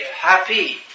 happy